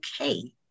okay